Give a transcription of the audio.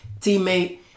teammate